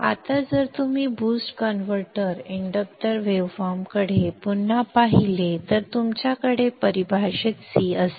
आता जर तुम्ही बूस्ट कन्व्हर्टर इंडक्टर वेव्हफॉर्म कडे पुन्हा पाहिले तर तुमच्याकडे परिभाषित C असेल